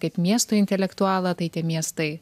kaip miesto intelektualą tai tie miestai